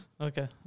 Okay